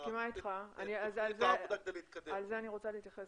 אני מסכימה איתך, לזה אני רוצה תיכף